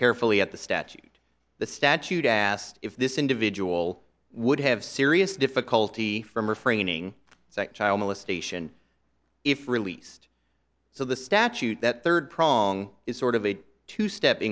carefully at the statute the statute asked if this individual would have serious difficulty from refraining it's a child molestation if released so the statute that third prong is sort of a two step